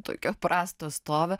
tokio prasto stovio